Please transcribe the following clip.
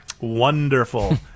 Wonderful